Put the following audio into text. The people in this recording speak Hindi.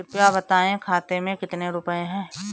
कृपया बताएं खाते में कितने रुपए हैं?